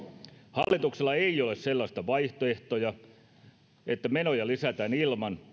hallituksella ei ole sellaista vaihtoehtoa että menoja lisätään ilman